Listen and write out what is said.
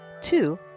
Two